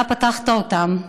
אתה פתחת אותם,